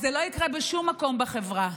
אז זה לא יקרה בשום מקום בחברה.